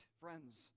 Friends